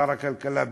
שר הכלכלה בנט,